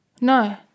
No